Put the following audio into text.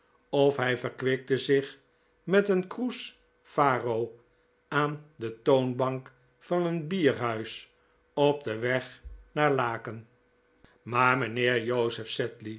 of hij verkwikte zich met een kroes faro aan de toonbank van een bierhuis op den weg naar laeken maar mijnheer joseph